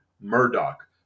Murdoch